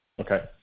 Okay